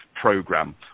program